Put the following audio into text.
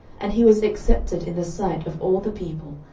and he was accepted in the sight of all the people,